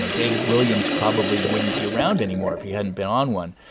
so david williams probably wouldn't be around anymore if he hadn't been on one.